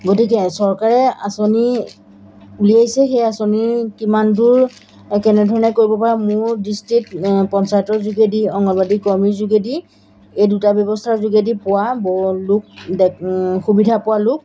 গতিকে চৰকাৰে আঁচনি উলিয়াইছে সেই আঁচনি কিমান দূৰ কেনেধৰণে কৰিব পাৰে মোৰ দৃষ্টিত পঞ্চায়তৰ যোগেদি অংগনবাদী কৰ্মীৰ যোগেদি এই দুটা ব্যৱস্থাৰ যোগেদি পোৱা ব লোক সুবিধা পোৱা লোক